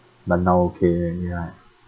but now okay already ah